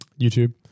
YouTube